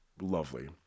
lovely